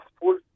full